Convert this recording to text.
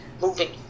moving